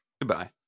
Goodbye